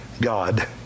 God